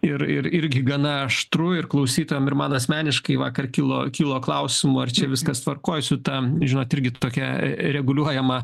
ir ir irgi gana aštru ir klausytojam ir man asmeniškai vakar kilo kilo klausimų ar čia viskas tvarkoj su ta žinot irgi tokia reguliuojama